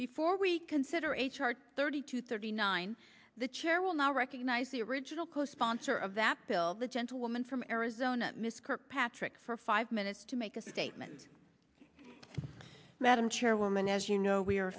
before we consider a chart thirty two thirty nine the chair will not recognize original co sponsor of that bill the gentlewoman from arizona ms kirkpatrick for five minutes to make a statement madam chairwoman as you know we are